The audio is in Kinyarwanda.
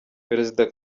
perezida